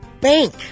bank